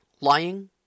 lying